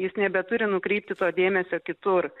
jis nebeturi nukreipti to dėmesio kitur